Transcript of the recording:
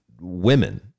women